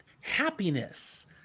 happiness